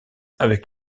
avec